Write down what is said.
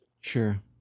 Sure